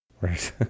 Right